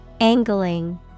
Angling